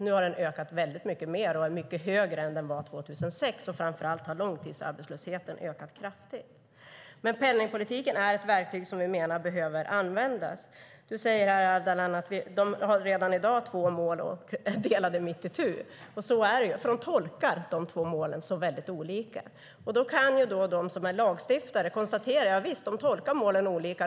Nu har den ökat väldigt mycket mer och är mycket högre än den var 2006. Framför allt har långtidsarbetslösheten ökat kraftigt. Men penningpolitiken är ett verktyg som vi menar behöver användas. Du säger här, Ardalan, att de redan i dag har två mål och är delade mitt itu. Så är det, för de tolkar de två målen väldigt olika. Då kan de som är lagstiftare tänka: Javisst, de tolkar målen olika.